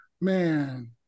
man